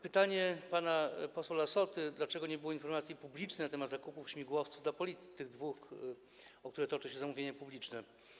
Pytanie pana posła Lassoty, dlaczego nie było informacji publicznej na temat zakupu śmigłowców dla Policji, tych dwóch, w związku z którymi toczy się zamówienie publiczne.